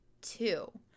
two